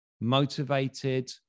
motivated